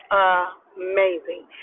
amazing